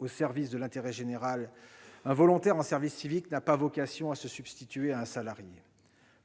au service de l'intérêt général, un volontaire en service civique n'a pas vocation à se substituer à un salarié.